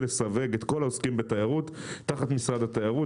לסווג את כל העוסקים בתיירות תחת משרד התיירות.